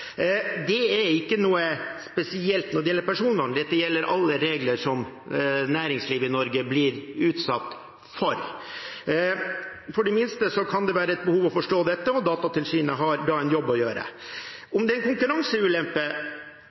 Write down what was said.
Det er ikke noe spesielt når det gjelder personvern, dette gjelder alle regler som næringslivet i Norge blir utsatt for. For de minste kan det være et behov om å forstå dette, og Datatilsynet har da en jobb å gjøre. Om det er en konkurranseulempe,